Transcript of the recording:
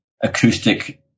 acoustic